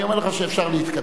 אני אומר לך שאפשר להתקדם.